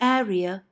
area